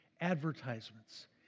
advertisements